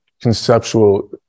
conceptual